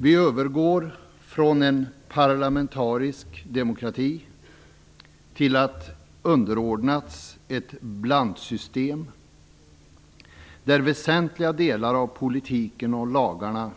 Vi övergår från en parlamentarisk demokrati till att bli underordnade ett blandsystem, där väsentliga delar av politiken och lagarna